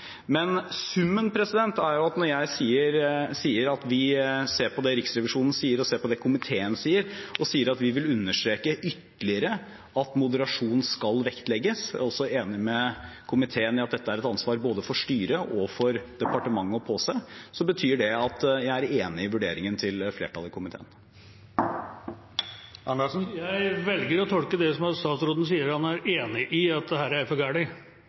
Summen er at når jeg sier at vi ser på det Riksrevisjonen sier, og på det komiteen sier, og sier at vi ytterligere vil understreke at moderasjon skal vektlegges – jeg er også enig med komiteen i at dette er et ansvar for både styret og departementet å påse – betyr det at jeg er enig i vurderingen til flertallet i komiteen. Jeg velger å tolke det som at statsråden sier han er enig i at dette er for